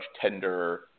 tender